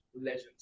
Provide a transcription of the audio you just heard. legends